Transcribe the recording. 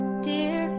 Dear